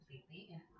completely